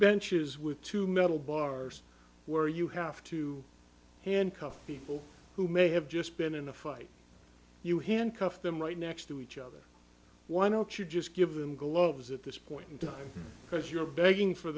benches with two metal bars where you have to handcuff people who may have just been in a fight you handcuff them right next to each other why don't you just give them gloves at this point in time because you're begging for